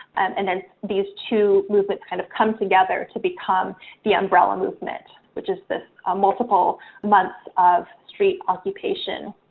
and then these two movements kind of come together to become the umbrella movement, which is this multiple months of street occupation.